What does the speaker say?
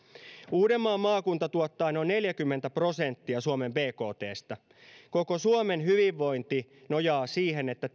uudenmaan maakunta tuottaa noin neljäkymmentä prosenttia suomen bktstä koko suomen hyvinvointi nojaa siihen että